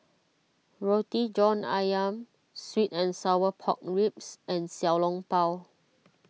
Roti John Ayam Sweet and Sour Pork Ribs and Xiao Long Bao